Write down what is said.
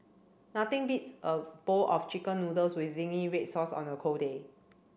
nothing beats a bowl of chicken noodles with zingy red sauce on a cold day